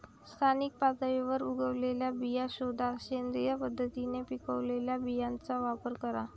स्थानिक पातळीवर उगवलेल्या बिया शोधा, सेंद्रिय पद्धतीने पिकवलेल्या बियांचा वापर करा